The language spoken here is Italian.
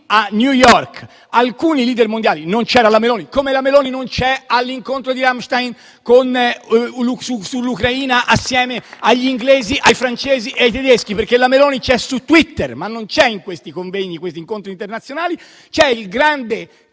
a New York alcuni *leader* mondiali, ma non c'era la Meloni, così come non c'era all'incontro di Ramstein sull'Ucraina assieme agli inglesi, ai francesi e ai tedeschi, perché la Meloni c'è su Twitter, ma non c'è in questi convegni e in questi incontri internazionali. C'è il grande